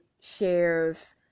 shares